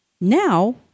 Now